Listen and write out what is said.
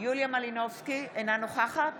אינה נוכחת